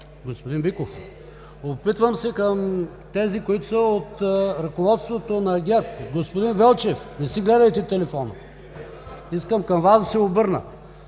господин Биков. Обръщам се към тези, които са от ръководството на ГЕРБ. Господин Велчев, не си гледайте телефона, искам да се обърна